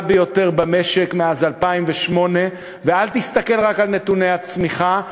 ביותר במשק מאז 2008. אל תסתכל רק על נתוני הצמיחה,